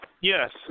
Yes